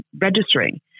registering